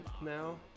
now